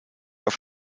auf